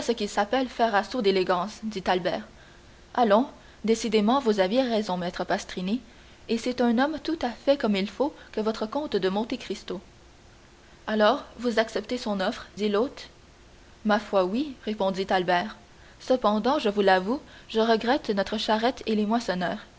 qui s'appelle faire assaut d'élégance dit albert allons décidément vous aviez raison maître pastrini et c'est un homme tout à fait comme il faut que votre comte de monte cristo alors vous acceptez son offre dit l'hôte ma foi oui répondit albert cependant je vous l'avoue je regrette notre charrette et les moissonneurs